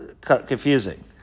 confusing